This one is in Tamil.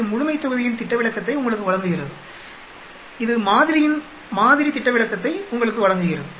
இது முழுமைத்தொகுதியின் திட்ட விலக்கத்தை உங்களுக்கு வழங்குகிறது இது மாதிரியின் மாதிரி திட்ட விலக்கத்தை உங்களுக்கு வழங்குகிறது